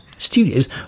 Studios